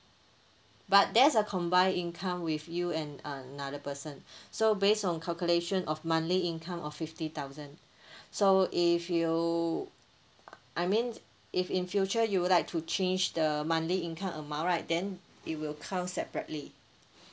but that's a combine income with you and uh another person so based on calculation of monthly income of fifty thousand so if you I mean if in future you would like to change the monthly income amount right then we will count separately